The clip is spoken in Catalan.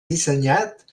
dissenyat